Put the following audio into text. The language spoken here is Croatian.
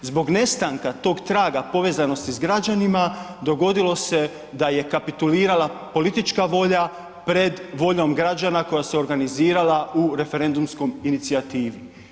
Zbog nestanka tog traga povezanosti s građanima dogodilo se da je kapitulirala politička volja pred voljom građana koja se organizirala u referendumskoj inicijativi.